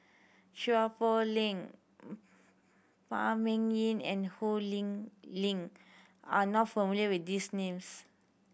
Chua Poh Leng Phan Ming Yen and Ho Lee Ling are not familiar with these names